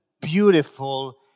beautiful